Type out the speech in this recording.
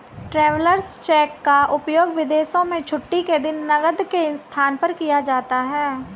travellers cheque का उपयोग विदेशों में छुट्टी के दिन नकद के स्थान पर किया जाता है